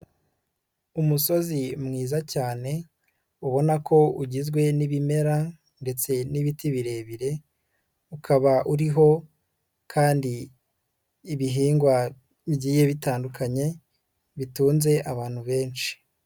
Umusozi mwiza cyane, ubona ko ugizwe n'ibimera ndetse n'ibiti birebire, ukaba uriho kandi ibihingwa bigiye bitandukanye, bitunze abantu benshi.